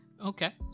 Okay